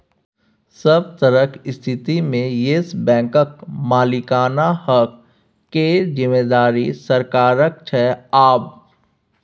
सभ तरहक स्थितिमे येस बैंकक मालिकाना हक केर जिम्मेदारी सरकारक छै आब